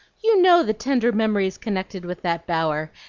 you know the tender memories connected with that bower,